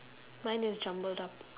mine is jumbled up